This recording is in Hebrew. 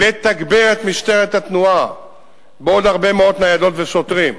לתגבר את משטרת התנועה בעוד הרבה מאות ניידות ושוטרים.